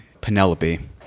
Penelope